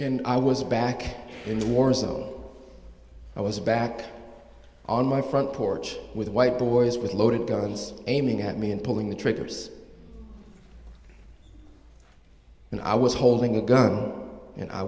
and i was back in the war zone i was back on my front porch with white boys with loaded guns aiming at me and pulling the triggers and i was holding a gun and i